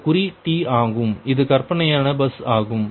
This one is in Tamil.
இந்த குறி t ஆகும் இது கற்பனையான பஸ் ஆகும்